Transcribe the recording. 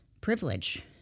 privilege